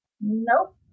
Nope